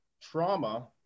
trauma